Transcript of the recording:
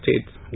states